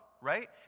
right